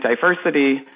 diversity